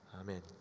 Amen